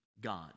God